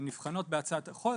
שנבחנות בהצעת החוק,